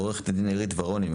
עורכת הדין עירית ורונין,